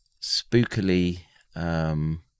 spookily